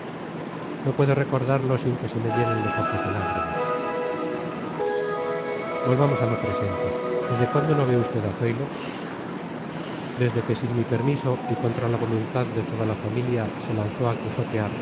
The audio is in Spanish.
no puedo recordarlo sin que se me llenen los ojos de lágrimas volvamos a lo presente desde cuándo no ve usted a zoilo desde que sin mi permiso y contra la voluntad de toda la familia se lanzó a quijotear